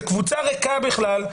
זה קבוצה ריקה בכלל,